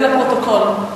זה לפרוטוקול.